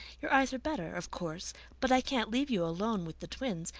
your eyes are better, of course but i can't leave you alone with the twins.